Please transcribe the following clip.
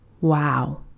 wow